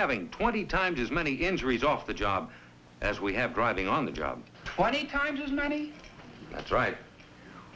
having twenty times as many injuries off the job as we have driving on the job twenty times as many that's right